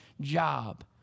job